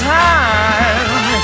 time